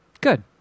Good